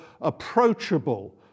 approachable